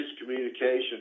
communication